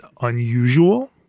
unusual